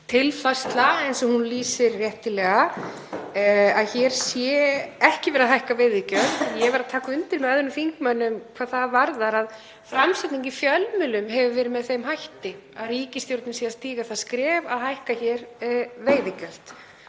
tilfærsla, eins og hún lýsir réttilega, hér sé ekki verið að hækka veiðigjöld. Ég verð að taka undir með öðrum þingmönnum hvað það varðar að framsetning í fjölmiðlum hefur verið eins og ríkisstjórnin sé að stíga það skref að hækka veiðigjöld.